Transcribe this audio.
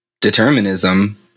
Determinism